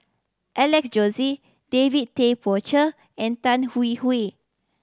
Alex Josey David Tay Poey Cher and Tan Hwee Hwee